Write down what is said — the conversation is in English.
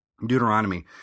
Deuteronomy